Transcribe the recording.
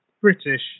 British